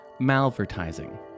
malvertising